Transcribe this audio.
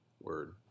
Word